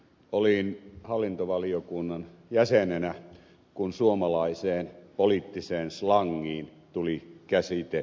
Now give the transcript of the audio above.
olin hallintovaliokunnan jäsenenä kun suomalaiseen poliittiseen slangiin tuli käsite kotouttaminen